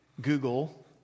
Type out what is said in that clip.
Google